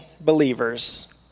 believers